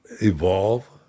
evolve